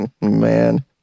Man